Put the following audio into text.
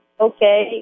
okay